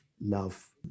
love